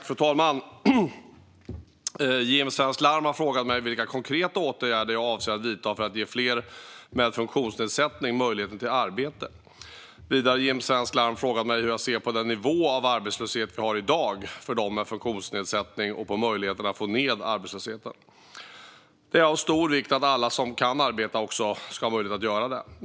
Fru talman! Jim Svensk Larm har frågat mig vilka konkreta åtgärder jag avser att vidta för att ge fler med funktionsnedsättning möjligheten till arbete. Vidare har Jim Svensk Larm frågat mig hur jag ser på den nivå av arbetslöshet vi har i dag för dem med funktionsnedsättning och på möjligheterna att få ned arbetslösheten. Det är av stort vikt att alla som kan arbeta också ska ha möjlighet att göra det.